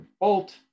bolt